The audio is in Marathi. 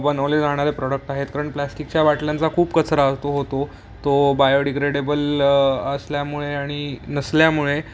बनवले जाणारे प्रोडक्ट आहेत कारण प्लास्टिकच्या बाटल्यांचा खूप कचरा तो होतो तो बायोडिग्रेडेबल असल्यामुळे आणि नसल्यामुळे